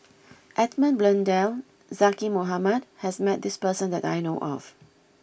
Edmund Blundell and Zaqy Mohamad has met this person that I know of